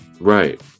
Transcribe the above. Right